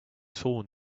torn